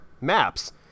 maps